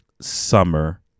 summer